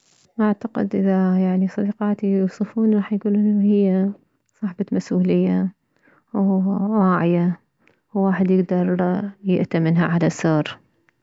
اعتقد اذا يعني صديقاتي يوصفوني راح يكولون انه هي صاحبة مسؤولية وواعية واحد يكدر يأتمنها على سر